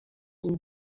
این